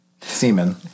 Semen